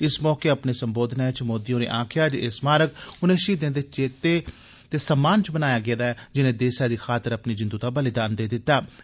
इस मौके अपने संबोधनै च मोदी होरें आक्खेआ जे एहस्मारक उनें शहीदें दे चेते ते सम्मान च बनाया गेआ ऐ जिनें देसै दी खातर अपनी जिंदू दा बलिदान देई दित्ता हा